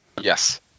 Yes